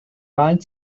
wahlen